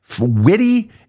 witty